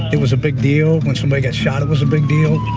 it was a big deal. when somebody got shot, it was a big deal.